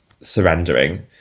surrendering